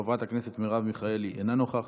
חברת הכנסת מרב מיכאלי, אינה נוכחת.